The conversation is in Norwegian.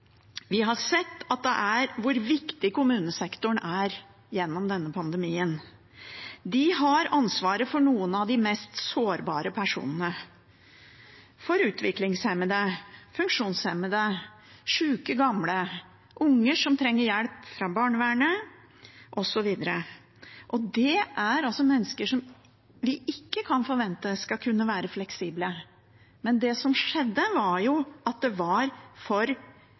Vi har sett hvor viktig kommunesektoren er gjennom denne pandemien. De har ansvaret for noen av de mest sårbare personene, for utviklingshemmede, funksjonshemmede, sjuke gamle, unger som trenger hjelp fra barnevernet osv., og det er mennesker som vi ikke kan forvente skal kunne være fleksible. Men det som skjedde, var at det ikke var